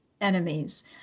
enemies